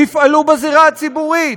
תפעלו בזירה הציבורית,